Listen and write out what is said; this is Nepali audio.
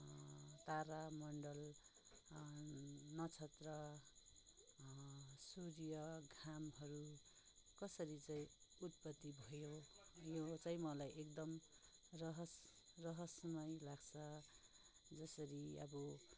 तारामण्डल नक्षत्र सूर्य घामहरू कसरी चाहिँ उत्पत्ति भयो यो चाहिँ मलाई एकदम रहस रहस्यमय लाग्छ जसरी अब